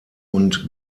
und